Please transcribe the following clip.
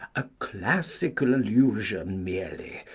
a classical allusion merely,